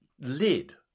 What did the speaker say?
lid